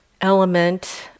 element